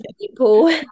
people